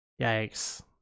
Yikes